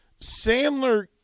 Sandler